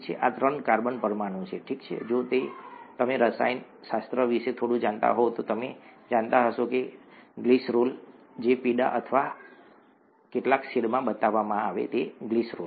આ ત્રણ કાર્બન પરમાણુ છે ઠીક છે જો તમે રસાયણશાસ્ત્ર વિશે થોડું જાણતા હોવ તો તમે જાણશો કે આ ગ્લિસરોલ છે જે પીળા અથવા પીળા રંગના કેટલાક શેડમાં બતાવવામાં આવે છે તે ગ્લિસરોલ છે